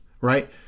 right